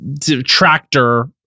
tractor